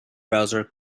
browser